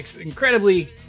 incredibly